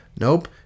Nope